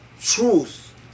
truth